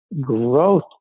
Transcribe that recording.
growth